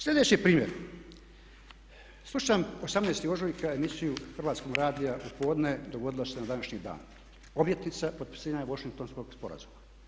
Sljedeći primjer, slušam 18.ožujka emisiju Hrvatskog radija u podne, dogodilo se na današnji dan, obljetnica potpisivanja Vošingtonskog sporazuma.